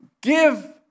Give